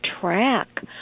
track